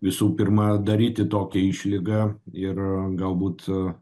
visų pirma daryti tokią išlygą ir galbūt